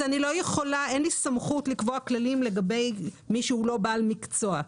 אין לי סמכות לקבוע כללים לגבי מי שהוא לא בעל מקצוע.